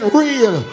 real